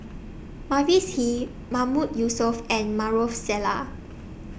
Mavis Hee Mahmood Yusof and Maarof Salleh